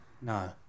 no